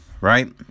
right